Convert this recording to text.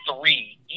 three